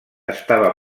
estava